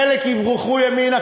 חלק יברחו ימינה,